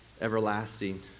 everlasting